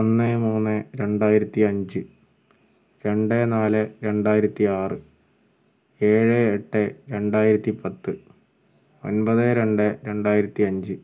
ഒന്ന് മൂന്ന് രണ്ടായിരത്തിയഞ്ച് രണ്ട് നാല് രണ്ടായിരത്തി ആറ് ഏഴ് എട്ട് രണ്ടായിരത്തിപ്പത്ത് ഒൻപത് രണ്ട് രണ്ടായിരത്തിയഞ്ച്